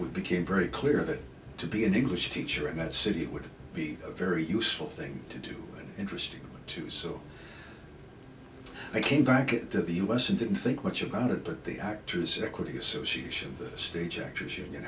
we became very clear that to be an english teacher in that city would be a very useful thing to do interesting to so i came back into the u s and didn't think much about it but the actors equity association the stage actors